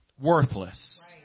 worthless